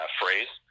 phrase